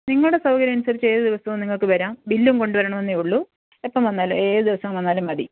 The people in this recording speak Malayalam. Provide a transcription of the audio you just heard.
നിങ്ങളുടെ സൗകര്യവനുസരിച്ചേത് ദിവസവും നിങ്ങൾക്ക് വരാം ബിൽ കൊണ്ട് വരണമെന്നെ ഉള്ളു എപ്പം വന്നാലും ഏത് ദിവസം വന്നാലും മതി